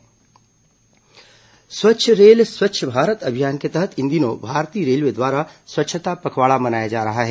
railway स्वच्छता पखवाड़ा स्वच्छ रेल स्वच्छ भारत अभियान के तहत इन दिनों भारतीय रेलवे द्वारा स्वच्छता पखवाड़ा मनाया जा रहा है